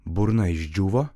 burna išdžiūvo